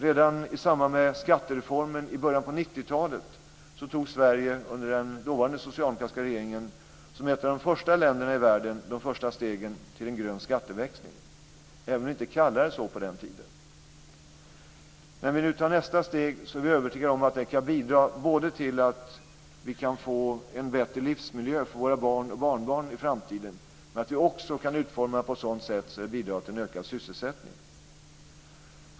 Redan i samband med skattereformen i början av 90-talet tog Sverige under den dåvarande socialdemokratiska regeringen som ett av de första länderna i världen de första stegen mot en grön skatteväxling, även om det inte kallades så på den tiden. När vi nu tar nästa steg är vi övertygade om att det kan bidra både till att vi kan få en bättre livsmiljö för våra barn och barnbarn i framtiden och att vi kan utforma den på sådant sätt att den bidrar till ökad sysselsättning.